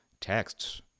Texts